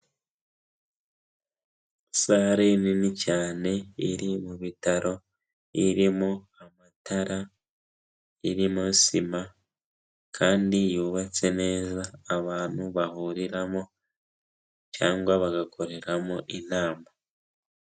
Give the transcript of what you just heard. Sale nini cyane iri mu bitaro, irimo amatara, irimo sima kandi yubatse neza abantu bahuriramo cyangwa bagakoreramo inama.